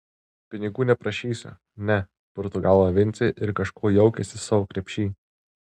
pinigų neprašysiu ne purto galvą vincė ir kažko jaukiasi savo krepšy